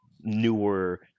newer –